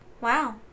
wow